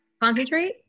Concentrate